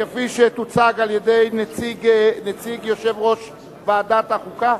כפי שתוצג על-ידי נציג יושב-ראש ועדת החוקה,